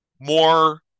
more